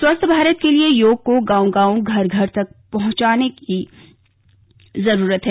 स्वस्थ भारत के लिए योग को गांव गांव घर घर तक पहुंचाने की जरूरत है